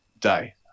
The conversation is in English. day